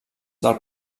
del